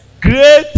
great